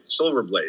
Silverblade